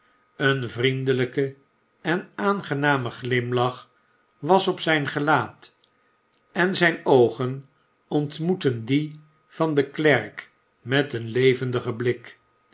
een vriendelyke en aangename glimlach was op zyn gelaat en zyn oogen ontmoetten die van den klerk met een levendigen blik